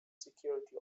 security